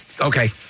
Okay